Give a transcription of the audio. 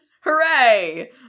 hooray